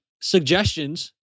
suggestions